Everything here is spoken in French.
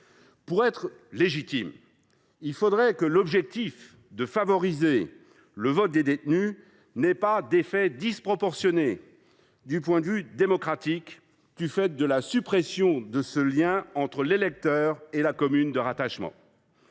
Pour être légitime, il faut que l’objectif de favoriser le droit de vote des détenus n’ait pas d’effet disproportionné du point de vue démocratique, du fait de la suppression de tout lien entre l’électeur et la commune où son vote est